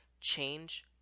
change